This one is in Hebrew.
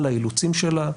על האילוצים שלה,